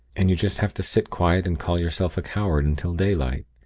and you just have to sit quiet and call yourself a coward until daylight.